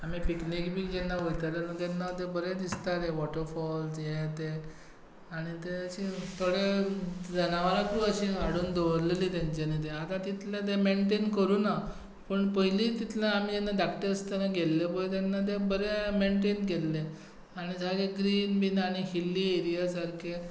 आमी पिक्नीक बी वयताले तेन्ना तें बरें दिसतालें वोटरफोल्स हें तें आनी जनावरां खूब अशीं हाडून दवरलेलीं आतां तितलें तें मैन्टेन करूंक ना पूण पयलीं तितलें तें आमी जेन्ना धाकटे आसतना थंय गेल्ले पळय तेन्ना तें बरें मैन्टेन केल्लें आनी क्लिन बी हिली एरिया सारकी